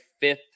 fifth